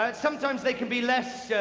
but sometimes they can be less.